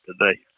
today